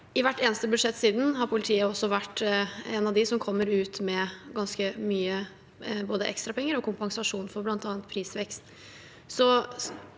I hvert eneste budsjett siden har politiet også vært en av dem som kommer ut med ganske mye av både ekstra penger og kompensasjon for bl.a. prisvekst.